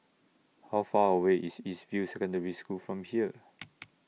How Far away IS East View Secondary School from here